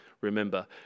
remember